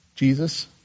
Jesus